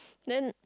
then